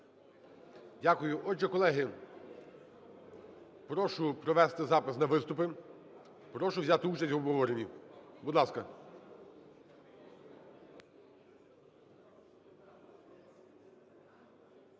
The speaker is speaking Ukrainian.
Дякую. Отже, колеги, прошу провести запис на виступи. Прошу взяти участь в обговоренні. Будь ласка.